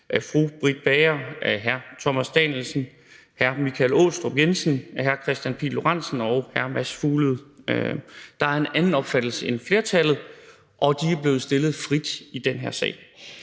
fru Britt Bager, hr. Thomas Danielsen, hr. Michael Aastrup Jensen, hr. Kristian Pihl Lorentzen og hr. Mads Fuglede – der har en anden opfattelse end flertallet, og de er blevet stillet frit i den her sag.